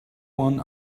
one